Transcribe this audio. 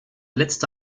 letzte